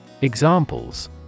Examples